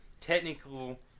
technical